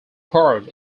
part